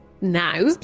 now